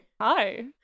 Hi